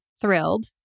thrilled